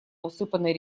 усыпанный